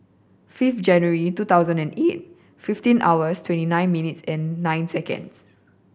fifth January two thousand and eight fifteen hours twenty nine minutes and nine seconds